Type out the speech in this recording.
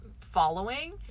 following